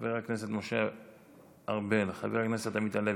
חבר הכנסת משה ארבל, חבר הכנסת עמית הלוי,